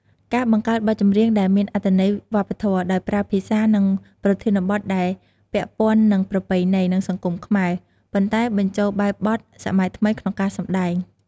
ការបង្កើតបទចម្រៀងដែលមានអត្ថន័យវប្បធម៌ ដោយប្រើភាសា និងប្រធានបទដែលពាក់ព័ន្ធនឹងប្រពៃណី និងសង្គមខ្មែរ ប៉ុន្តែបញ្ចូលបែបបទសម័យថ្មីក្នុងការសម្តែង។